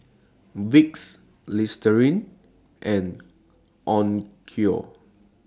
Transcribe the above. Vicks Listerine and Onkyo